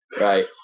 Right